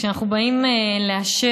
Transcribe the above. כשאנחנו באים לאשר,